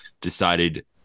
decided